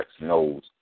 knows